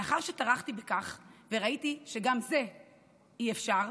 לאחר שטרחתי בכך וראיתי שגם זה אי-אפשר,